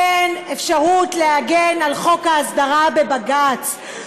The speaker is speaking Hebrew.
אין אפשרות להגן על חוק ההסדרה בבג"ץ,